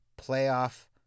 playoff